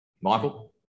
Michael